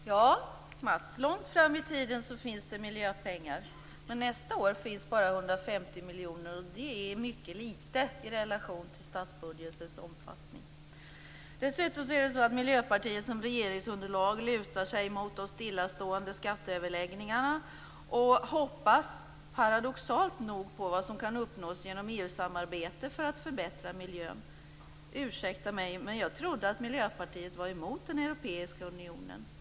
Herr talman! Ja, Matz. Långt fram i tiden finns det miljöpengar. Men nästa år finns bara 150 miljoner, och det är mycket lite i relation till statsbudgetens omfattning. Dessutom är det så att Miljöpartiet som regeringsunderlag lutar sig mot de stillastående skatteöverläggningarna och hoppas paradoxalt nog på vad som kan uppnås genom EU-samarbete när det gäller att förbättra miljön. Ursäkta mig, men jag trodde att Miljöpartiet var emot den europeiska unionen.